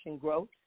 growth